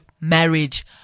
marriage